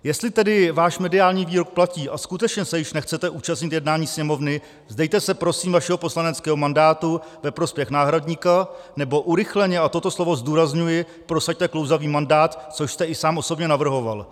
Jestli tedy váš mediální výrok platí a skutečně se již nechcete účastnit jednání Sněmovny, vzdejte se prosím svého poslaneckého mandátu ve prospěch náhradníka, nebo urychleně a toto slovo zdůrazňuji prosaďte klouzavý mandát, což jste i sám osobně navrhoval.